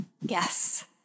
Yes